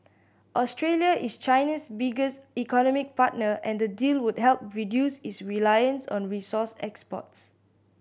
Australia is China's biggest economic partner and the deal would help reduce its reliance on resource exports